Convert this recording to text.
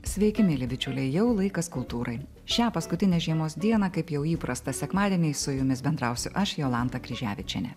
sveiki mieli bičiuliai jau laikas kultūrai šią paskutinę žiemos dieną kaip jau įprasta sekmadieniais su jumis bendrausiu aš jolanta kryževičienė